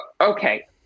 okay